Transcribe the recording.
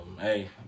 Hey